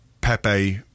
Pepe